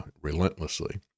relentlessly